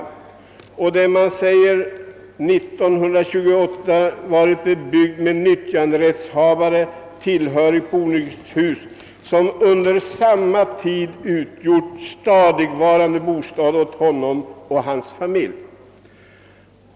Enligt propositionen krävs »att marken sedan den 1 januari 1928 varit bebyggd med nyttjanderättshavare tillhörigt boningshus, som under samma tid utgjort stadigvarande bostad åt honom och hans familj».